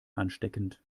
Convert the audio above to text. ansteckend